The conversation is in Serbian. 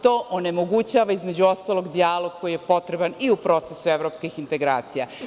To onemogućava dijalog koji je potreban i u procesu evropskih integracija.